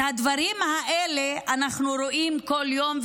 את הדברים האלה אנחנו רואים בכל יום.